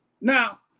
Now